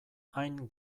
hain